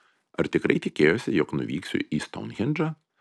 ar tikrai tikėjosi jog nuvyksiu į stounhendžą